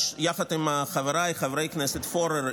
יחד עם חבריי חברי הכנסת פורר,